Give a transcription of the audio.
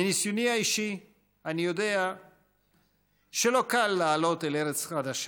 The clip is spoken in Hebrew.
מניסיוני האישי אני יודע שלא קל לעלות לארץ חדשה,